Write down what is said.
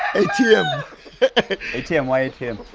atm atm. why atm?